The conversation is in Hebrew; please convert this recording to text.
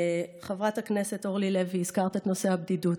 חברת הכנסת אורלי לוי, הזכרת את נושא הבדידות.